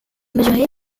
mesurée